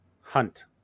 Hunt